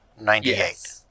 Ninety-eight